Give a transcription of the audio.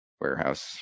Warehouse